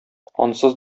ансыз